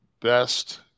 best